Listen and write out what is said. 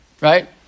Right